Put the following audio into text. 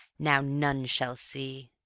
now none shall see.